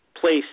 place